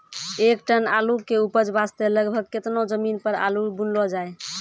एक टन आलू के उपज वास्ते लगभग केतना जमीन पर आलू बुनलो जाय?